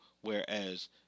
whereas